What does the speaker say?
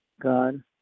God